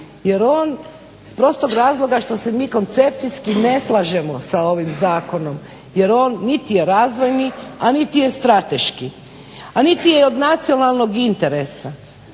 jer on s prostog razloga što se mi koncepcijski ne slažemo sa ovim zakonom. Jer on niti je razvojni, a niti je strateški a niti je od nacionalnog interesa.